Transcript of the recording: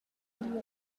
egl